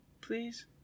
Please